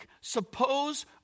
suppose